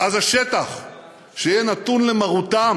אז השטח שיהיה נתון למרותם